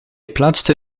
plaatste